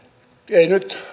ei nyt